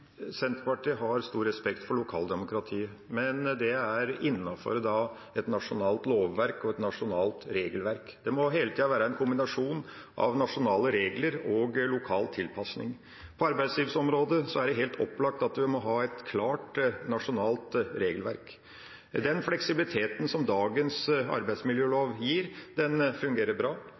Senterpartiet har stor respekt for lokaldemokratiet, men det er innafor et nasjonalt lovverk og et nasjonalt regelverk. Det må hele tida være en kombinasjon av nasjonale regler og lokal tilpasning. På arbeidslivsområdet er det helt opplagt at vi må ha et klart nasjonalt regelverk. Den fleksibiliteten som dagens arbeidsmiljølov gir, fungerer bra.